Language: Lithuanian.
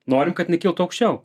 noriu kad jinai kiltų aukščiau